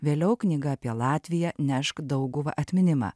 vėliau knyga apie latviją nešk dauguva atminimą